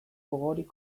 gogorik